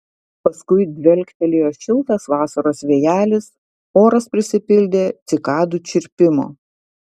paskui dvelktelėjo šiltas vasaros vėjelis oras prisipildė cikadų čirpimo